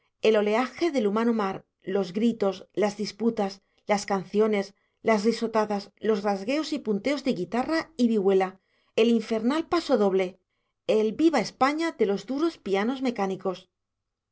el oleaje del humano mar los gritos las disputas las canciones las risotadas los rasgueos y punteos de guitarra y vihuela el infernal paso doble el viva españa de los duros pianos mecánicos